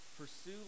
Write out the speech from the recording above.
pursue